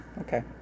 Okay